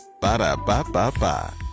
Ba-da-ba-ba-ba